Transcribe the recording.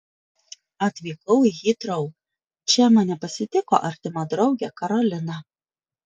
atvykau į hitrou čia mane pasitiko artima draugė karolina